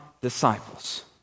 disciples